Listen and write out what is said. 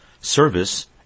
service